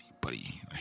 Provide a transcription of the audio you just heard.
buddy